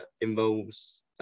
involves